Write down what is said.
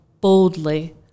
boldly